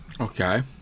Okay